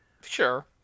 sure